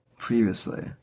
previously